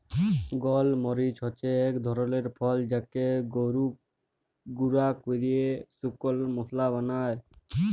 গল মরিচ হচ্যে এক ধরলের ফল যাকে গুঁরা ক্যরে শুকল মশলা বালায়